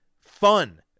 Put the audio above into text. fun